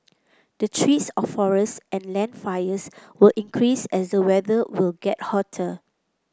the threats of forest and land fires will increase as the weather will get hotter